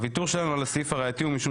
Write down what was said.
הוויתור שלנו על הסעיף הראייתי הוא משום